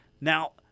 Now